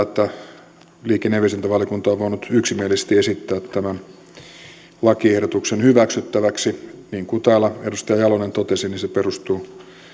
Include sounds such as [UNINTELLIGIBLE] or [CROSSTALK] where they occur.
[UNINTELLIGIBLE] että liikenne ja viestintävaliokunta on voinut yksimielisesti esittää tämän lakiehdotuksen hyväksyttäväksi niin kuin täällä edustaja jalonen totesi se perustuu